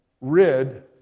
rid